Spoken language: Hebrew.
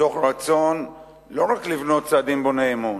מתוך רצון לא רק לבנות צעדים בוני אמון,